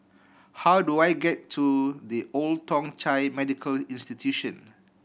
how do I get to The Old Thong Chai Medical Institution